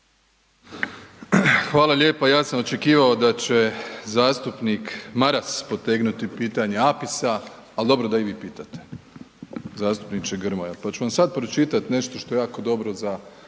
Hvala lijepo. Ja sam očekivao da će zastupnik Maras potegnuti pitanje APIS-a, ali dobro da i vi pitate zastupniče Grmoja pa ću vam sad pročitati nešto što je jako dobro za